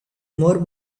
more